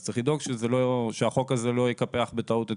צריך לדאוג שהחוק הזה לא יקפח בטעות את